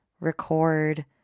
record